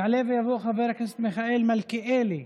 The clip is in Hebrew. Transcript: יעלה ויבוא חבר הכנסת מיכאל מלכיאלי,